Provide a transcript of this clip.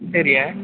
ശരിയേ